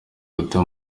guta